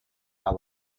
are